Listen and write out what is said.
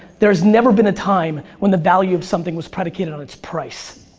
there's never been a time when the value of something was predicated on its price.